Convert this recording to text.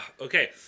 Okay